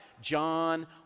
John